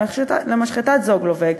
משחטת "זוגלובק",